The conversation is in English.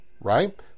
right